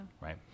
Right